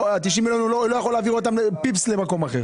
ה-90 מיליון, הוא לא יכול להעביר אותם למקום אחר.